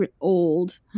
old